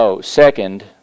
second